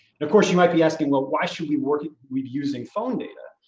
and of course, you might be asking, well, why should we work with using phone data?